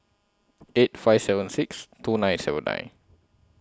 eight five seven six two nine seven nine